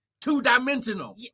two-dimensional